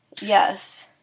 Yes